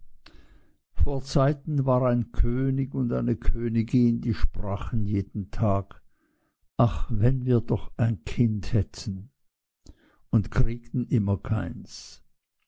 vor zeiten war ein könig und eine königin die sprachen jeden tag ach wenn wir doch ein kind hätten und kriegten immer keins